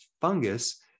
fungus